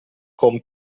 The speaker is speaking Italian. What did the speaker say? con